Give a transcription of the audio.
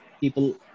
people